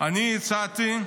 אני הצעתי,